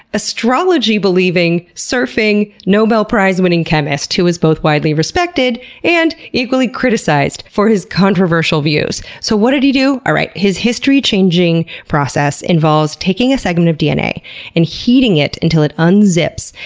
astrology-believing, surfing, nobel prize winning chemist who was both widely respected and equally criticized for his controversial views. so, what did he do? alright, his history-changing process involves taking a segment of dna and heating it until it unzips,